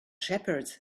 shepherds